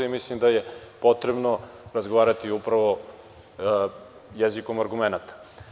Mislim da je potrebno razgovarati upravo jezikom argumenata.